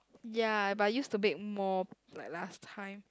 ya but I used to bake more like last time